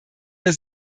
der